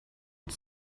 bot